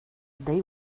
they